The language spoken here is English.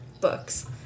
books